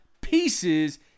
pieces